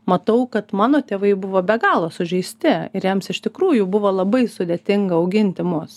matau kad mano tėvai buvo be galo sužeisti ir jiems iš tikrųjų buvo labai sudėtinga auginti mus